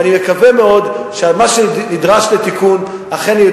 אני מקווה מאוד שמה שנדרש לתיקון אכן יהיה,